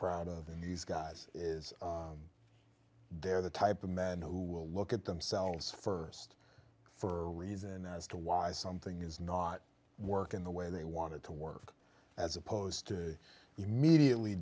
proud of in these guys is they're the type of men who will look at themselves st for a reason as to why something is not working the way they wanted to work as opposed to immediately